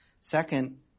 Second